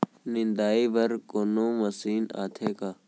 निंदाई बर कोनो मशीन आथे का?